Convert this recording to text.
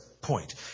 point